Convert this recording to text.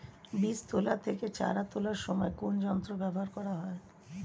বীজ তোলা থেকে চারা তোলার সময় কোন যন্ত্র ব্যবহার করা হয়?